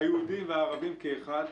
היהודים והערבים כאחד,